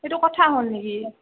সেইটো কথা হ'ল নেকি